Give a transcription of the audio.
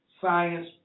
science